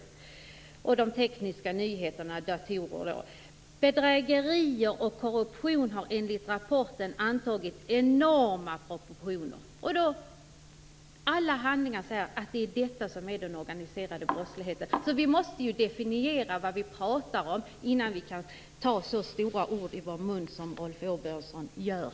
Dessutom skriver man om tekniska nyheter, datorer osv. Enligt rapporten har bedrägerier och korruption antagit enorma proportioner. I alla handlingar talas det om den organiserade brottsligheten. Vi måste alltså definiera vad vi talar om innan vi kan ta så stora ord i vår mun som Rolf Åbjörnsson gör.